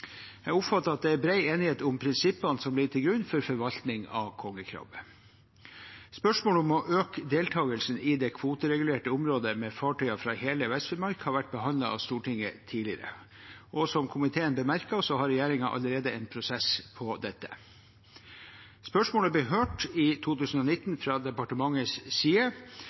Jeg oppfatter at det er bred enighet om prinsippene som ligger til grunn for forvaltningen av kongekrabbe. Spørsmålet om å øke deltakelsen i det kvoteregulerte området med fartøyer fra hele Vest-Finnmark har vært behandlet av Stortinget tidligere, og som komiteen bemerker, har regjeringen allerede en prosess på dette. Spørsmålet ble hørt i 2019 fra departementets side.